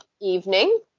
evening